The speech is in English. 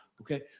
Okay